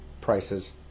prices